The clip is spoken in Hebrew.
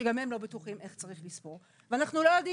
שגם הם לא בטוחים איך צריך לספור ואנחנו לא יודעים